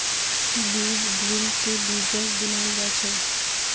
बीज ड्रिल से बीजक बुनाल जा छे